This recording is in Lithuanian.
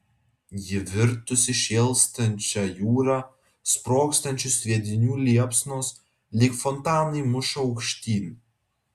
ji virtusi šėlstančia jūra sprogstančių sviedinių liepsnos lyg fontanai muša aukštyn